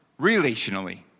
relationally